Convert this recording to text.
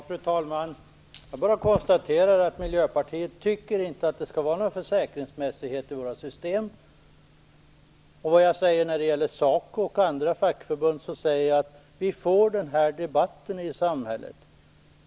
Fru talman! Jag konstaterar att Miljöpartiet inte tycker att det skall vara någon försäkringsmässighet i våra system. När det gäller SACO och andra fackförbund får vi den här debatten i samhället.